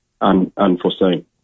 unforeseen